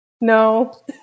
No